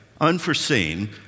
unforeseen